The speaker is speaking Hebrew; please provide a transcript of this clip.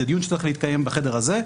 זה דיון שצריך להתקיים בחדר הזה,